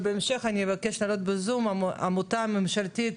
ובהמשך אני אבקש להעלות בזום את העמותה הממשלתית